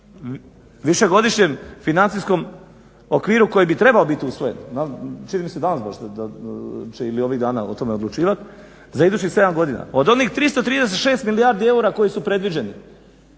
višegodišnjem financijskom okviru koji bi trebao biti usvojen čini mi se da će danas ili ovih dana o tome odlučivati za idućih 7 godina, od onih 336 milijardi eura koji su predviđeni,